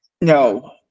No